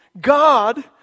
God